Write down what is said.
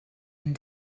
and